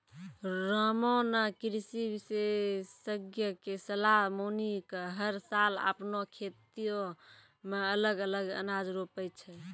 रामा नॅ कृषि विशेषज्ञ के सलाह मानी कॅ हर साल आपनों खेतो मॅ अलग अलग अनाज रोपै छै